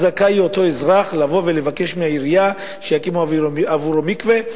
כך זכאי אותו אזרח לבוא ולבקש מהעירייה שיקימו עבורו מקווה.